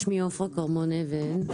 שמי עפרה כרמון אבן.